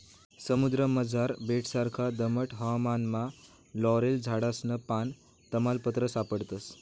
समुद्रमझार बेटससारखा दमट हवामानमा लॉरेल झाडसनं पान, तमालपत्र सापडस